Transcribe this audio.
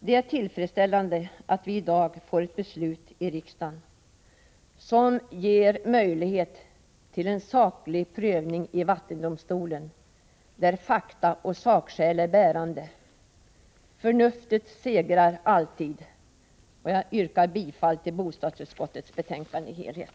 Det är tillfredsställande att vi i dag får ett beslut i riksdagen som ger möjlighet till en saklig prövning i vattendomstolen, där fakta och sakskäl är bärande. Förnuftet segrar alltid. Jag yrkar bifall till bostadsutskottets hemställan i dess helhet.